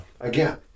again